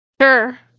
Sure